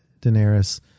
Daenerys